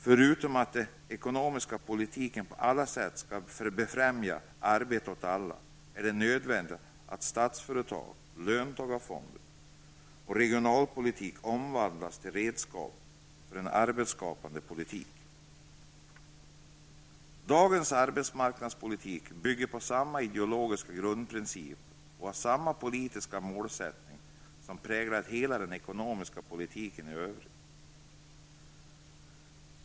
Förutom att den ekonomiska politiken på alla sätt skall befrämja arbete åt alla är det nödvändigt att statsföretag, löntagarfonder och regionalpolitik omvandlas till redskap för en arbetsskapande politik. Dagens arbetsmarknadspolitik bygger på samma ideologiska grundprinciper och har samma politiska målsättning som präglar hela den ekonomiska politiken i övrigt.